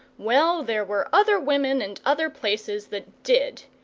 well, there were other women, and other places, that did.